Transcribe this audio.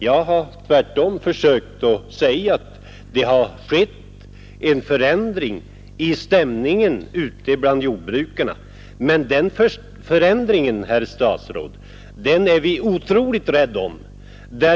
Jag har tvärtom försökt säga att det har skett en förändring i stämningen ute bland jordbrukarna. Men den förändringen, herr statsråd, är vi otroligt rädda om.